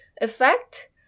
effect